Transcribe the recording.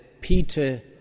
Peter